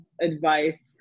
advice